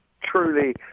truly